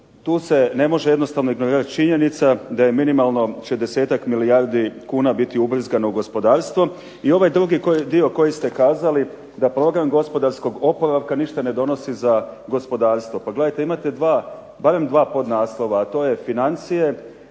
tu se ne može jednostavno ignorirati činjenica da je minimalno 60-tak milijardi kuna biti ubrizgano u gospodarstvo i ovaj drugi dio koji ste kazali da program gospodarskog oporavka ništa ne donosi za gospodarstvo. Pa gledajte imate barem dva podnaslova, a to je financije,